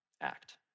act